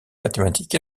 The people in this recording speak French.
mathématiques